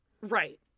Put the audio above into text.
Right